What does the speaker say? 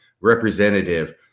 representative